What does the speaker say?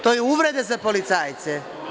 To je uvreda za policajce.